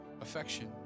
affection